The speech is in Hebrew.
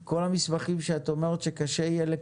מה שאני הבנתי בשפה פשוטה הוא שכל המסמכים שאת אמרת שקשה יהיה לקבל,